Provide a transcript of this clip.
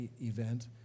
event